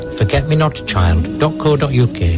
forgetmenotchild.co.uk